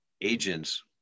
agents